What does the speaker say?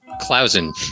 Klausen